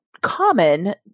common